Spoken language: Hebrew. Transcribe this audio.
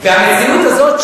והמציאות הזאת,